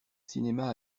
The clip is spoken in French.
cinéma